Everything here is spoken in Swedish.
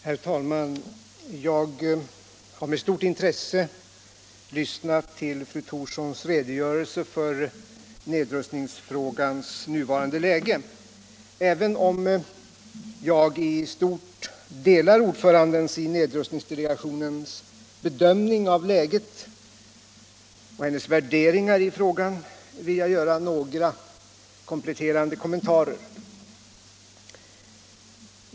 Herr talman! Jag har med stort intresse lyssnat till fru Thorssons redogörelse för nedrustningsfrågans nuvarande läge. Även om jag i stort sett delar den bedömning av läget som ordföranden i nedrustningsdelegationen gjorde och hennes värderingar i frågan vill jag göra några kompletterande kommentarer.